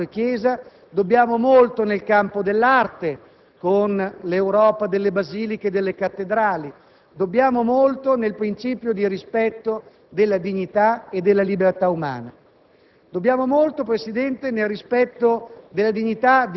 laica, del principio di separazione fra Stato e Chiesa e nel campo dell'arte con l'Europa delle basiliche e delle cattedrali; ad esse dobbiamo molto del principio del rispetto della dignità e della libertà umana